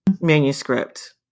manuscript